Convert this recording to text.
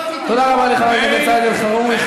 תודה רבה לחבר הכנסת סעיד אלחרומי.